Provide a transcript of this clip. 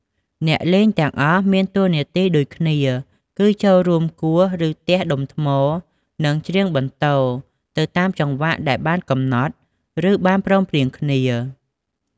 អ្នកលេងទាំងអស់មានតួនាទីដូចគ្នា គឺចូលរួមគោះ ឫទះដុំថ្ម និងច្រៀងបន្ទរ ទៅតាមចង្វាក់ដែលបានកំណត់ ឬបានព្រមព្រៀងគ្នា។